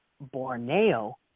Borneo